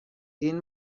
این